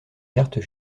cartes